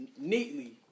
neatly